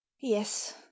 yes